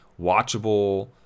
watchable